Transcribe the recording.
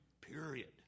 period